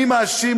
"אני מאשים",